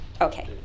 Okay